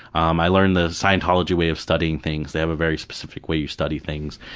um i learned the scientology way of studying things, they have a very specific way you study things.